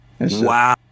Wow